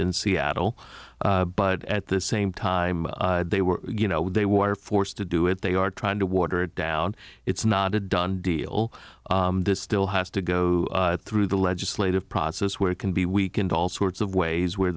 in seattle but at the same time they were you know they were forced to do it they are trying to water it down it's not a done deal this still has to go through the legislative process where it can be weakened all sorts of ways where